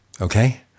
okay